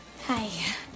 Hi